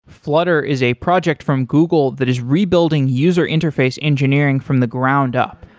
flutter is a project from google that is rebuilding user interface engineering from the ground up.